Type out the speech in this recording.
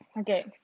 Okay